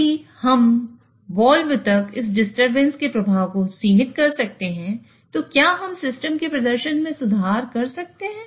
यदि हम वाल्व तक इस डिस्टरबेंस के प्रभाव को सीमित कर सकते हैं तो क्या हम सिस्टम के प्रदर्शन में सुधार कर सकते हैं